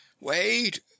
wait